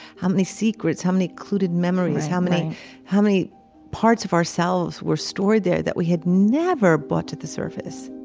how many secrets, how many clouded memories, how many how many parts of ourselves were stored there that we had never brought to the surface